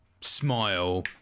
smile